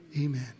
Amen